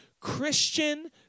Christian